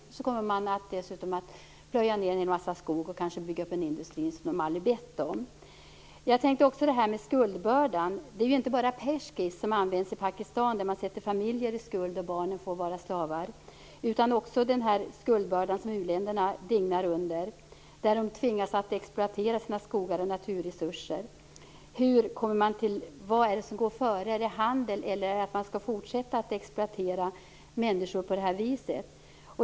Dessutom kommer man att plöja ned en massa skog och kanske bygga upp en industri som de aldrig har bett om. Jag tänkte också ta upp detta med skuldbördan. Det handlar ju inte bara om peshgi som används i Pakistan, där man sätter familjer i skuld och barnen får vara slavar, utan också den skuldbörda som uländerna dignar under. De tvingas att exploatera sina skogar och naturresurser. Vad är det som går före, är det handel eller är det fortsatt exploatering av människor på det här viset?